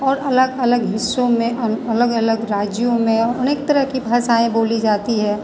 और अलग अलग हिस्सों में अल अलग अलग राज्यों में अनेक तरह की भाषाएँ बोली जाती हैं